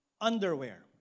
underwear